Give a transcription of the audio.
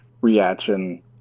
reaction